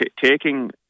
taking